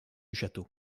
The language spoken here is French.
château